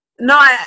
No